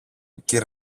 κυρ